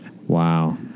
Wow